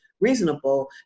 reasonable